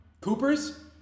Coopers